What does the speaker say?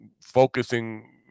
focusing